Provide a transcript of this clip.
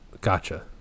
gotcha